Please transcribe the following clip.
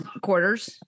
quarters